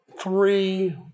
three